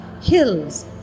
hills